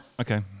okay